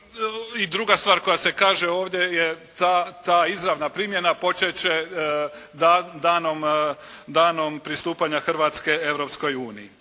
druga stvar koja se kaže ovdje je: «Ta izravna primjena počet će danom pristupanja Hrvatske Europskoj uniji.»